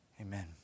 Amen